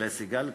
ולסיגל קוגוט,